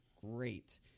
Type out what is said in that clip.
great